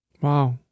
Wow